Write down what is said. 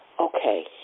Okay